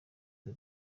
twe